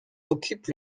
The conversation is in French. occupe